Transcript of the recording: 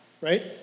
right